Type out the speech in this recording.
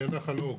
נחל אוג.